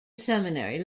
seminary